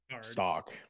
stock